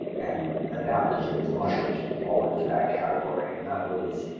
and adaptogens, and mushrooms fall into that category, and that was,